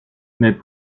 mais